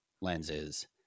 lenses